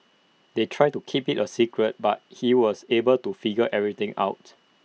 they tried to keep IT A secret but he was able to figure everything out